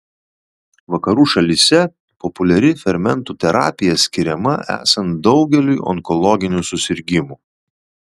vakarų šalyse populiari fermentų terapija skiriama esant daugeliui onkologinių susirgimų